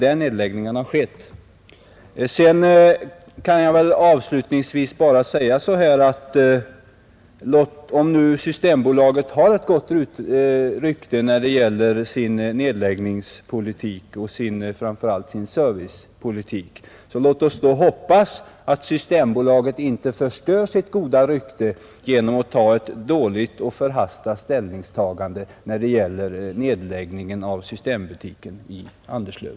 Jag kan avslutningsvis bara säga, om nu Systembolaget har ett gott rykte när det gäller sin nedläggningsoch framför allt sin servicepolitik, att vi då skall hoppas att Systembolaget inte förstör sitt goda rykte genom ett dåligt och förhastat ställningstagande när det gäller nedläggningen av systembutiken i Anderslöv.